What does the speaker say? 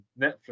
Netflix